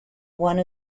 one